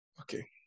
Okay